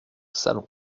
salon